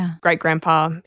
great-grandpa